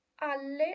alle